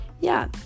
Yeah